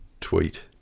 tweet